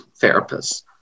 therapists